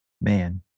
Man